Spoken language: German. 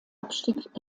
abstieg